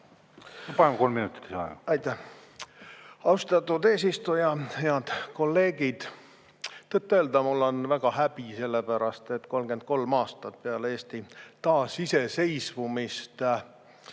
Paneme kolm minutit lisaaega. Aitäh, austatud eesistuja! Head kolleegid! Tõtt-öelda mul on väga häbi selle pärast, et 33 aastat peale Eesti taasiseseisvumist